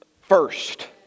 first